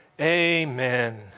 amen